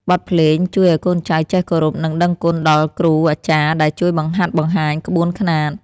បទភ្លេងជួយឱ្យកូនចៅចេះគោរព និងដឹងគុណដល់គ្រូអាចារ្យដែលជួយបង្ហាត់បង្ហាញក្បួនខ្នាត។